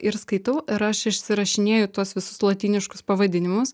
ir skaitau ir aš išsirašinėju tuos visus lotyniškus pavadinimus